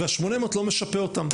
וה- 800 לא משפה אותם.